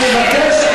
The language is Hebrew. אני מבקש,